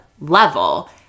level